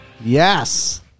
Yes